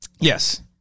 Yes